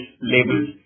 labels